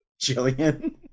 Jillian